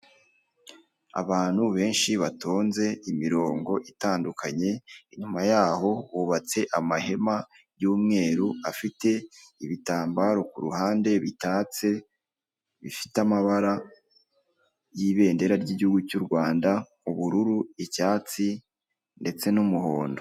Abantu benshi batonze imirongo itandukanye inyuma yaho hubatse amahema y'umweru afite ibitambaro kuruhande bitatse bifite amabara y'ibendera ry'igihugu cyu Rwanda ubururu, icyatsi, ndetse n'umuhondo.